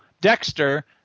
Dexter